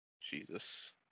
Jesus